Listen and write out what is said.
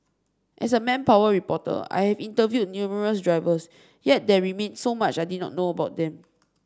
as a manpower reporter I have interviewed numerous drivers yet there remained so much I did not know about them